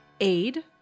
aid